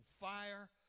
fire